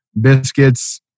biscuits